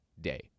day